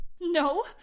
No